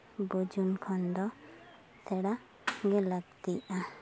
ᱵᱚᱡᱩᱱ ᱠᱷᱚᱱ ᱫᱚ ᱥᱮᱲᱟᱜᱮ ᱞᱟᱹᱠᱛᱤᱜᱼᱟ